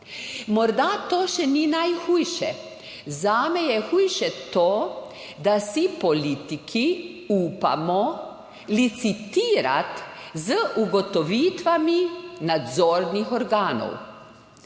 Morda to še ni najhujše. Zame je hujše to, da si politiki upamo. Licitirati z ugotovitvami nadzornih organov,